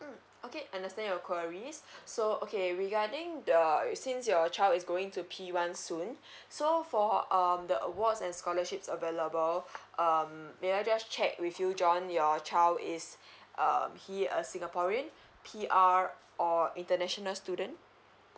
mm okay I understand your queries so okay regarding the since your child is going to p one soon so for um the awards and scholarships available um may I just check with you john your child is um he a singaporean P R or international student